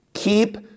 Keep